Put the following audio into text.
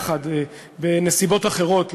בנסיבות אחרות,